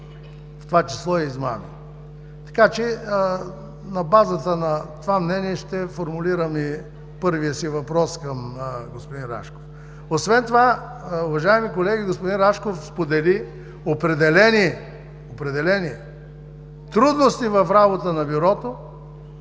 в това число и измами. Така че на базата на това мнение ще формулирам и първия си въпрос към господин Рашков. Освен това, уважаеми колеги, господин Рашков сподели определени трудности в работата на Бюрото,